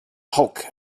hulk